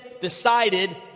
decided